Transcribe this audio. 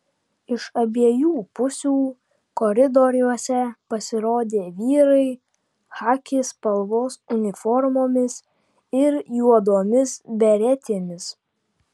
iš abiejų pusių koridoriuose pasirodė vyrai chaki spalvos uniformomis ir juodomis beretėmis